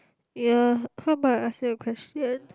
ya how about I ask you a question